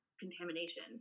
contamination